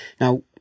Now